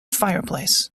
fireplace